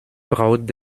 braucht